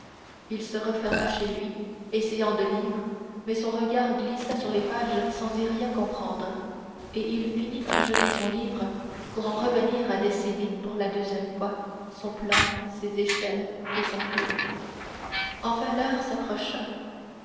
il se renferma chez lui essayant de lire mais son regard glissa sur les pages sans y rien comprendre et il finit par jeter son livre pour en revenir à dessiner pour la deuxième fois son plan ses échelles et son clos enfin l'heure s'approcha